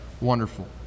wonderful